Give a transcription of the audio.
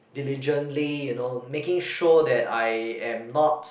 diligently you know making sure that I am not